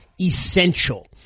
essential